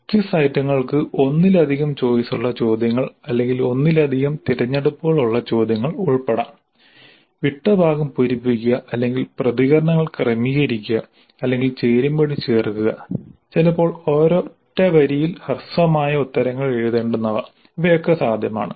quiz ഐറ്റങ്ങൾക്ക് ഒന്നിലധികം choice ഉള്ള ചോദ്യങ്ങൾ അല്ലെങ്കിൽ ഒന്നിലധികം തിരഞ്ഞെടുപ്പുകൾ ഉള്ള ചോദ്യങ്ങൾ ഉൾപ്പെടാം വിട്ട ഭാഗം പൂരിപ്പിക്കുക അല്ലെങ്കിൽ പ്രതികരണങ്ങൾ ക്രമീകരിക്കുക അല്ലെങ്കിൽ ചേരുംപടി ചേർക്കുക ചിലപ്പോൾ ഒരൊറ്റ വരിയിൽ ഹ്രസ്വമായ ഉത്തരങ്ങൾ എഴുതേണ്ടുന്നവ ഇവയൊക്കെ സാധ്യമാണ്